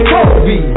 Kobe